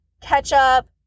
ketchup